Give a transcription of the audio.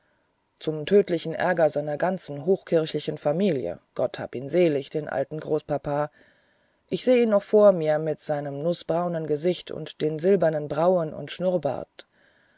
zum tödlichen ärger seiner ganzen hochkirchlichen familie gott hab ihn selig den alten großpapa ich seh ihn noch vor mir mit seinem nußbraunen gesicht und den silbernen brauen und schnurrbart